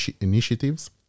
initiatives